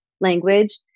language